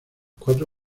cuatro